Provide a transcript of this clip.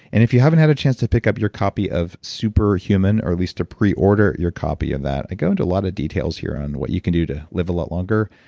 and if you haven't had a chance to pick up your copy of super human, or at least to preorder your copy of that, i go into a lot of details here on what you can do to live a lot longer.